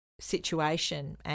situation